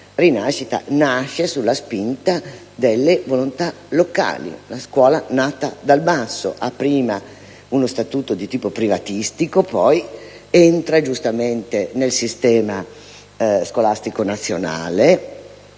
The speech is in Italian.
Rinascita, che nasce sulla spinta delle volontà locali: una scuola nata dal basso. Essa aveva prima uno statuto di tipo privatistico; poi è entrata giustamente nel sistema scolastico nazionale,